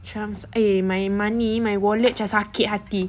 macam eh my money my wallet macam sakit hati